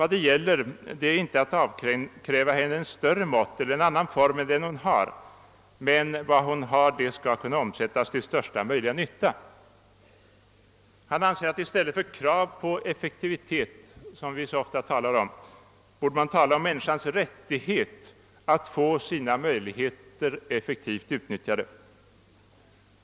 Det gäller inte att avkräva henne kapacitet av större mått och i annan form än hon kan prestera, men vad hon kan skall kunna omsättas till största möjliga nytta. I stället för att tala om krav på effektivitet, som vi så ofta gör, anser han att vi borde tala om människans rättighet att få sina möjligheter effektivt utnyttjade.